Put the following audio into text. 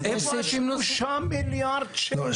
אז איפה השלושה מיליארד שקל?